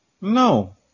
No